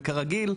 וכרגיל,